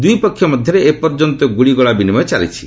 ଦୁଇ ପକ୍ଷ ମଧ୍ୟରେ ଏପର୍ଯ୍ୟନ୍ତ ଗୁଳିଗୋଳା ବିନିମୟ ଚାଲିଛି